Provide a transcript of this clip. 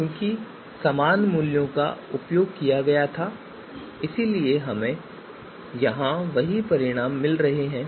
क्योंकि समान मूल्यों का उपयोग किया गया था इसलिए हमें यहां वही परिणाम मिल रहे हैं